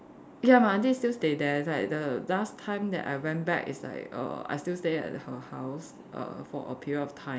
ya my aunty still stay there it's like the last time that I went back it's like I still stay at her house err for a period of time